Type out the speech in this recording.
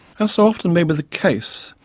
as so often may be the case,